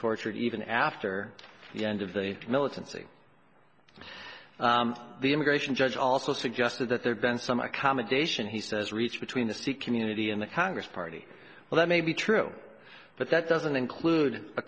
tortured even after the end of the militancy the immigration judge also suggested that there been some accommodation he says reached between the sikh community and the congress party well that may be true but that doesn't include a